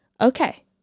Okay